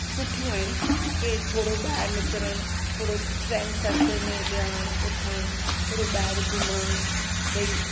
सुठियूं आहिनि की थोरो ॿाहिरि निकिरणु थोरो स फ्रेंड सर्कल में विहण उथणु थोरो ॿाहिरि घुमणु भई